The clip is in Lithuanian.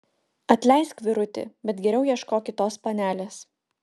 atleisk vyruti bet geriau ieškok kitos panelės